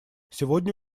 сегодня